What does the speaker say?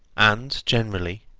and, generally,